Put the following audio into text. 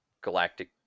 galactic